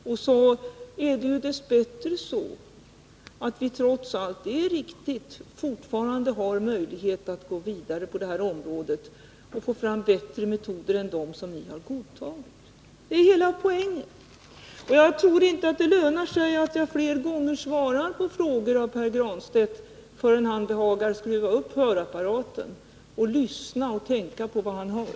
Dess bättre är det så att vi trots allt — det är riktigt — fortfarande har möjlighet att gå vidare på detta område och få fram bättre metoder än dem som ni har godtagit. Det är hela poängen. Jag tror inte att det lönar sig att jag flera gånger svarar på frågor av Pär Granstedt, förrän han behagar skruva upp hörapparaten och lyssna och tänka på vad han hör.